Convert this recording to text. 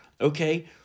Okay